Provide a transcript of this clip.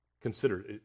Consider